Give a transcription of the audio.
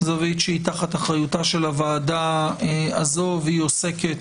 זווית שהיא תחת אחריותה של הוועדה הזו והיא עוסקת